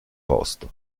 posto